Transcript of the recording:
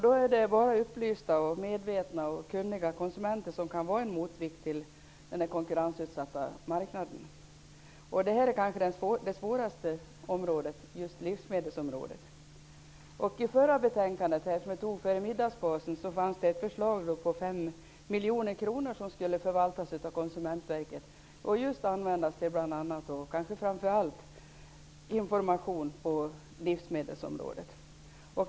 Det är bara upplysta, medvetna och kunniga konsumenter som kan vara en motvikt till den konkurrensutsatta marknaden. Just livsmedelsområdet är kanske det svåraste området. I det betänkande som behandlades före middagspausen fanns det ett förslag om att 5 Konsumentverket för att just användas till framför allt information på livsmedelsområdet.